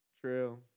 true